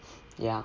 ya